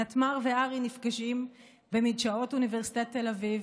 נתמר וארי נפגשים במדשאות אוניברסיטת תל אביב,